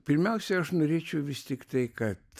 pirmiausiai aš norėčiau vis tiktai kad